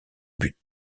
but